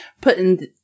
putting